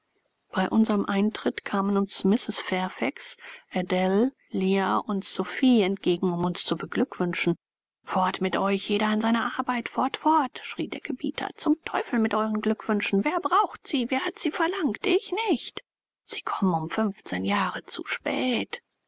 bei unserem eintritt kamen uns mrs fairfax adele leah und sophie entgegen um uns zu beglückwünschen fort mit euch jeder an seine arbeit fort fort schrie der gebieter zum teufel mit euren glückwünschen wer braucht sie wer hat sie verlangt ich nicht sie kommen um fünfzehn jahre zu spät